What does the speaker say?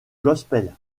gospel